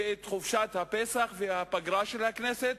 את חופשת הפסח ואת פגרת הכנסת,